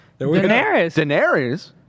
Daenerys